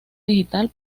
digital